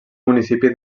municipi